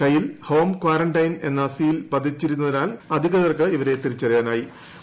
കൈയിൽ home quarantine എന്ന seal പതിച്ചിരുന്നതിനാലാണ് അധികൃതർക്ക് ഇവരെ തിരിച്ചറിയാനായത്